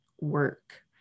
work